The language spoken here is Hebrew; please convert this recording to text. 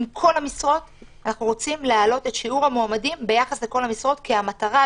אנחנו רוצים להעלות את שיעור המועמדים ביחס לכל המשרות כי המטרה,